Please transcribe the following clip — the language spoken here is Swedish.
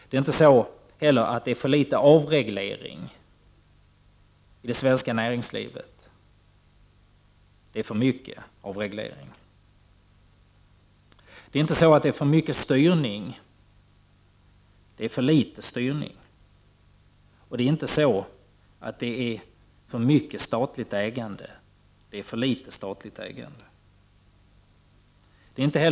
Det är inte heller för litet avregleringar i det svenska näringslivet, utan det är för mycket. Det är inte för mycket styrning i det svenska näringslivet, utan det är för litet. Det är inte för mycket statligt ägande i det svenska näringslivet, utan det är för litet.